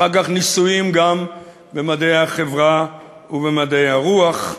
אחר כך ניסויים גם במדעי החברה ובמדעי הרוח.